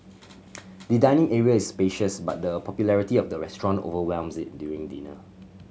the dining area is spacious but the popularity of the restaurant overwhelms it during dinner